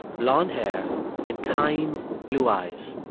blond hair and kind blue eyes.